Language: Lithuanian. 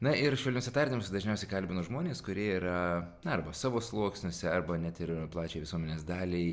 na ir švelniuose tardymuose dažniausiai kalbinu žmones kurie yra na arba savo sluoksniuose arba net ir plačiai visuomenės daliai